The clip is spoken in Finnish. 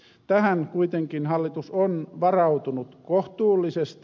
tähän kuitenkin hallitus on varautunut kohtuullisesti